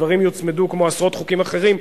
הדברים יוצמדו, כמו עשרות חוקים אחרים.